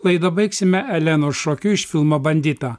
laidą baigsime elenos šokiu iš filmo bandita